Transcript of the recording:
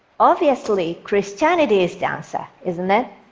obviously, christianity is the answer, isn't it?